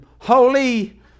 holy